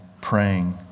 praying